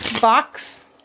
box